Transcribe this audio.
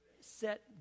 Set